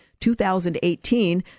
2018